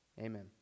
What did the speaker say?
Amen